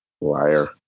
Liar